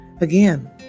Again